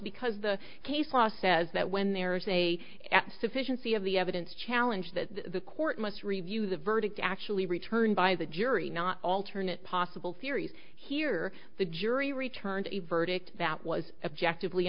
because the case law says that when there is a sufficiency of the evidence challenge that the court must review the verdict actually returned by the jury not alternate possible theories here the jury returned a verdict that was objective le